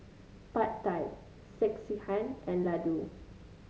Pad Thai Sekihan and Ladoo